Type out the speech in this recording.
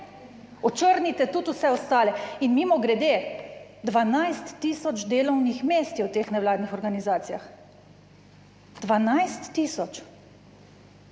očrnite tudi vse ostale in mimogrede 12 tisoč delovnih mest je v teh nevladnih organizacijah, 12 tisoč